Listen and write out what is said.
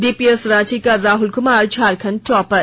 DPS Ranchi का Rahul Kumar Jharkhand topper